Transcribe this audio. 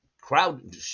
crowd